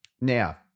Now